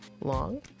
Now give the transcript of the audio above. long